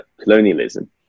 colonialism